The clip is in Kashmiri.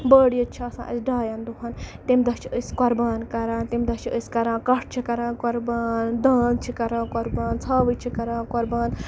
بٔڑ عیٖد چھِ آسان اَسہِ ڈایَن دۄہَن تمہِ دۄہ چھِ أسۍ قۄربان کَران تمہِ دۄہ چھِ أسۍ کَران کَٹھ چھِ کَران قۄربان دانٛد چھِ کَران قۄربان ژھاوٕج چھِ کَران قۄربان